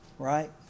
Right